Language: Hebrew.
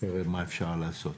ונראה מה אפשר לעשות.